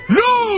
no